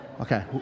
Okay